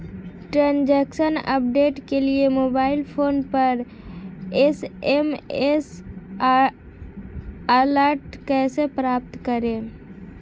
Transaction update के लिए mobile phone पर एस.एम.एस अलर्ट कैसे प्राप्त करें?